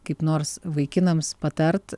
kaip nors vaikinams patart